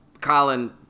Colin